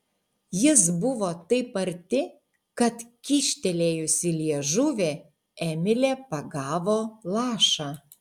jis buvo taip arti kad kyštelėjusi liežuvį emilė pagavo lašą